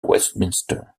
westminster